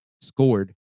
Scored